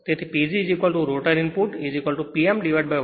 તેથી PG rotor input P m1 S આ છે